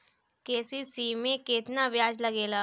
KCC में केतना ब्याज लगेला?